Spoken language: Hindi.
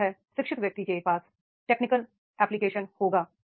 इसी तरह शिक्षित व्यक्ति के पास टेक्निकल एप्लीकेशन होगा